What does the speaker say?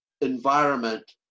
environment